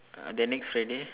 then next Friday eh